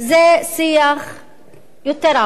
זה שיח יותר עמוק,